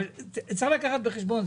צריך לקחת בחשבון,